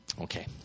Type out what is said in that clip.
Okay